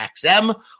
XM